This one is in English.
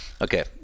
Okay